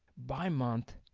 by month